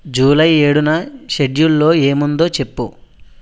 July ఏడున షెడ్యూల్లో ఏముందో చెప్పు